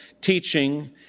teaching